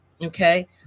Okay